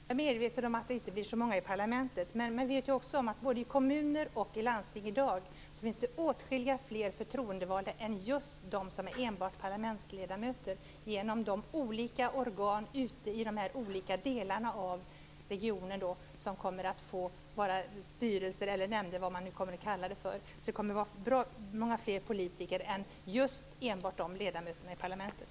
Herr talman! Jag är medveten om att det inte blir så många från Skaraborg i parlamentet. Men både i kommuner och i landsting finns det i dag åtskilligt fler som är förtroendevalda än som är enbart parlamentsledamöter; detta genom de olika organ ute i de olika delarna av regionen som bara kommer att få styrelser - eller nämnder, eller vad det nu blir för namn. Det kommer alltså att vara bra många fler politiker än de som är enbart ledamöter i parlamentet.